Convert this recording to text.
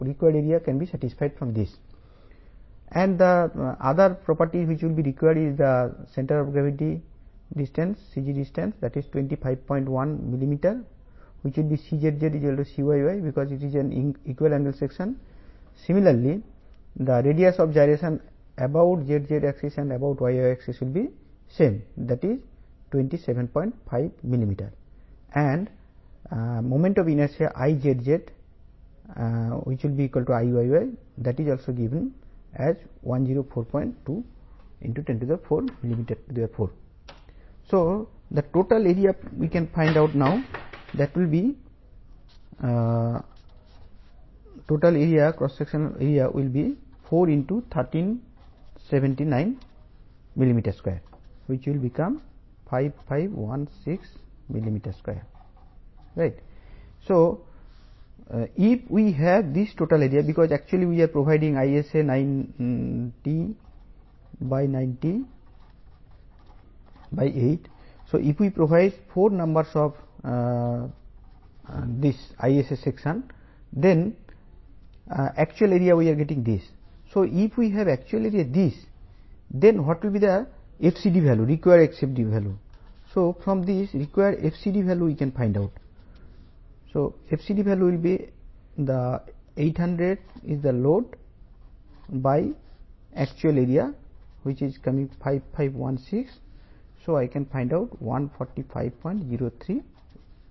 ఇక్కడ built up section ను తయారు చేయడానికి మనం నాలుగు కాలమ్ నాలుగు సమాన యాంగిల్ సెక్షన్ లను ఇవ్వాలి మరియు ఈ సెక్షన్స్ ఇక్కడ చూపించబడ్డాయి ఇది బాక్స్ సెక్షన్ గా తయారవుతుంది